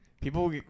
People